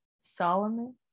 Solomon